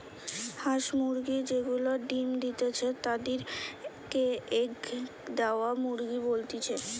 হাঁস মুরগি যে গুলা ডিম্ দিতেছে তাদির কে এগ দেওয়া মুরগি বলতিছে